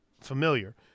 familiar